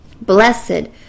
Blessed